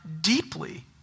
deeply